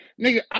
nigga